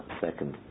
second